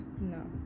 no